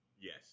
yes